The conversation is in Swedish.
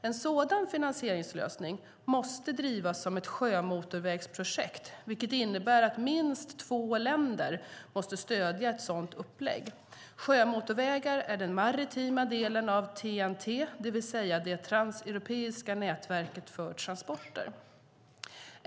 En sådan finansieringslösning måste drivas som ett sjömotorvägsprojekt, vilket innebär att minst två länder måste stödja ett sådant upplägg. Sjömotorvägar är den maritima delen av TEN-T, det vill säga det transeuropeiska nätverket för transporter.